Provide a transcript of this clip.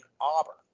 Auburn